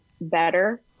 better